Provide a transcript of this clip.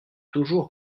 toujours